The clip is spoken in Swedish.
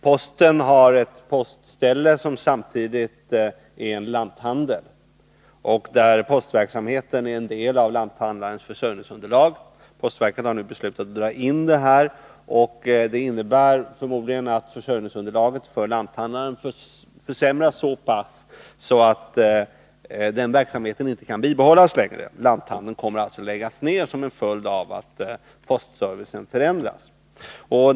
Posten har där ett postställe, som samtidigt är lanthandel. Postverksamheten är en del av lanthandlarens försörjningsunderlag. Postverket har nu beslutat att dra in detta postställe. Det innebär förmodligen att försörjningsunderlaget för lanthandlaren försämras så mycket att verksamheten inte kan upprätthållas längre — lanthandeln kommer alltså att läggas ned som en följd av att postservicen förändras.